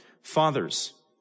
fathers